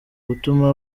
gutuma